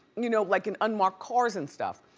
you know like in unmarked cars and stuff.